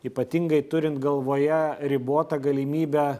ypatingai turint galvoje ribotą galimybę